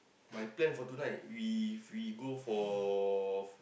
my plan for tonight we if we go for